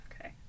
okay